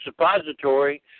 suppository